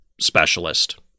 specialist